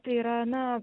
tai yra